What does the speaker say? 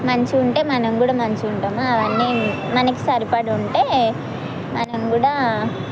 మంచిగా ఉంటే మనం కూడా మంచిగా ఉంటాము అవన్నీ మనకి సరిపడ ఉంటే మనం కూడా